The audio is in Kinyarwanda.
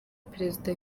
perezida